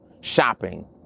shopping